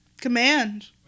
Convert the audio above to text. Command